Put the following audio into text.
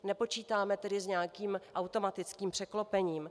Nepočítáme tedy s nějakým automatickým překlopením.